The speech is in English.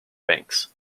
banks